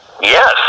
Yes